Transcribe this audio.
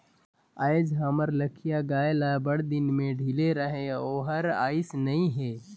आयज हमर लखिया गाय ल बड़दिन में ढिले रहें ओहर आइस नई हे